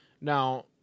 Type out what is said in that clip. Now